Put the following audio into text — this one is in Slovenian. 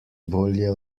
bolje